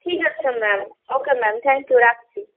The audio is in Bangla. ঠিক আছে ma'am okay ma'am thank you রাখছি